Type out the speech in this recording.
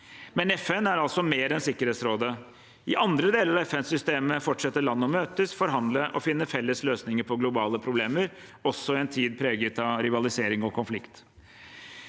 men FN er altså mer enn Sikkerhetsrådet. I andre deler av FN-systemet fortsetter land å møtes, forhandle og finne felles løsninger på globale problemer, også i en tid preget av rivalisering og konflikt.